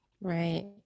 Right